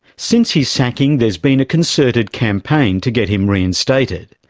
since his sacking, there's been a concerted campaign to get him reinstated.